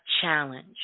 challenge